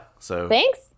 Thanks